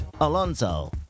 Alonso